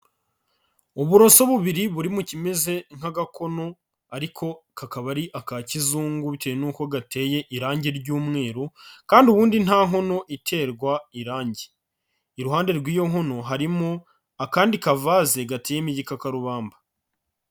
Uburoso bubiri buri mu kimeze nk'agakono ariko kakaba ari aka kizungu bitewe n'uko gateye irangi ry'umweru kandi ubundi nta nkono iterwa irangi. Iruhande rw'iyo nkono harimo akandi kavaze gateyemo igikakarubamba.